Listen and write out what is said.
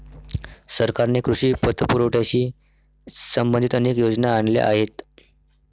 सरकारने कृषी पतपुरवठ्याशी संबंधित अनेक योजना आणल्या आहेत